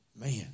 Man